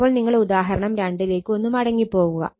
അപ്പോൾ നിങ്ങൾ ഉദാഹരണം 2 ലേക്ക് ഒന്ന് മടങ്ങി പോകുക